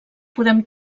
podem